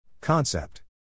Concept